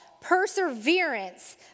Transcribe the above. perseverance